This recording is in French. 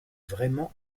vraiment